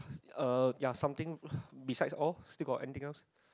uh ya something besides all still got anything else